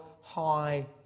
high